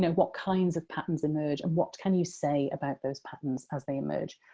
what kinds of patterns emerge, and what can you say about those patterns as they emerge?